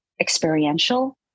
experiential